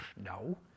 No